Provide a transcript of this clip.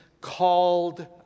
called